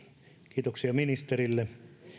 kiitoksia ministerille